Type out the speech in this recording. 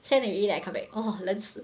send already then I come back 喔冷死